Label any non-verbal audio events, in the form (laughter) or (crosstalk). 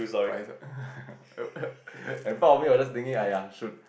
but if (laughs) and part of me was just thinking aiya should